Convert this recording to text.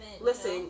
Listen